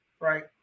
Right